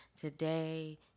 today